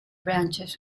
branches